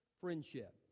friendship